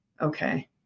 Okay